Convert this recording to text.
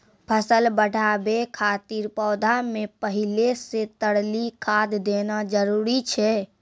फसल बढ़ाबै खातिर पौधा मे पहिले से तरली खाद देना जरूरी छै?